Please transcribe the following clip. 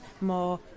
more